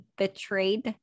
betrayed